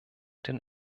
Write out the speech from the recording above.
den